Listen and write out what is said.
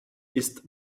ist